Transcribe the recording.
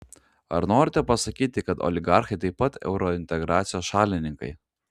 ar norite pasakyti kad oligarchai taip pat eurointegracijos šalininkai